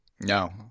No